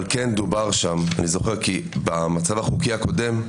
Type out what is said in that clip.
אבל כן דובר שם ואני זוכר כי במצב החוקי הקודם,